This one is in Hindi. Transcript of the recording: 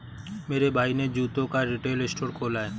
मेरे भाई ने जूतों का रिटेल स्टोर खोला है